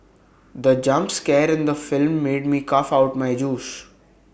the jump scare in the film made me cough out my juice